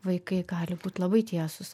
vaikai gali būt labai tiesūs